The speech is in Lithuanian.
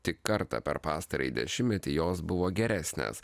tik kartą per pastarąjį dešimtmetį jos buvo geresnės